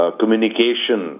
communication